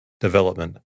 Development